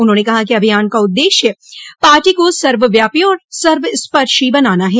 उन्होंने कहा कि अभियान का उददेश्य पार्टी को सर्वव्यापी और सर्वस्पर्शी बनाना है